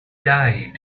died